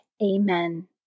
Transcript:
Amen